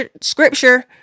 scripture